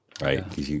right